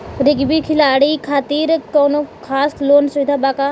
Rugby खिलाड़ी खातिर कौनो खास लोन सुविधा बा का?